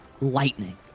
lightning